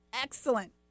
excellent